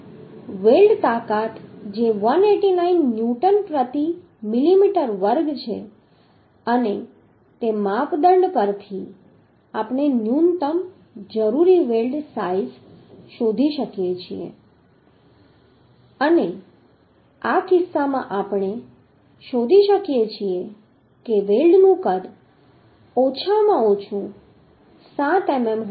weld તાકાત જે 189 newton પ્રતિ મિલિમીટર ચોરસ છે અને તે માપદંડ પરથી આપણે ન્યૂનતમ જરૂરી વેલ્ડ સાઈઝ શોધી શકીએ છીએ અને આ કિસ્સામાં આપણે શોધી શકીએ છીએ કે વેલ્ડનું કદ ઓછામાં ઓછું 7 મીમી હોવું જોઈએ